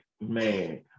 man